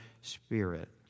Spirit